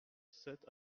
sept